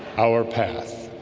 our path